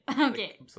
okay